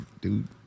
dude